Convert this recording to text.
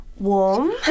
Warm